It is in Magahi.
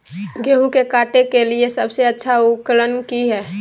गेहूं के काटे के लिए सबसे अच्छा उकरन की है?